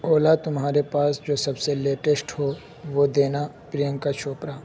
اولا تمہارے پاس جو سب سے لیٹیسٹ ہو وہ دینا پرینکا چوپرا